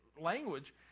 language